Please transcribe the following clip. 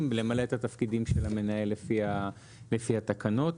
למלא את התפקידים של המנהל לפי התקנות.